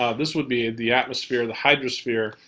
ah this would be the atmosphere, the hydrosphere,